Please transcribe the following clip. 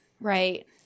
Right